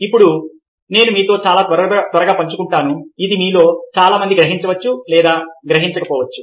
ఇప్పుడు నేను మీతో చాలా త్వరగా పంచుకుంటాను ఇది మీలో చాలామంది గ్రహించవచ్చు లేదా గ్రహించకపోవచ్చు